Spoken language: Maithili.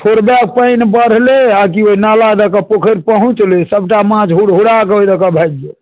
थोड़बए पानि बढ़लै की ओहि नाला दऽ कऽ पोखरि पहुँचलै सभटा माछ हुरहुरा कऽ ओहि दऽ कऽ भागि गेल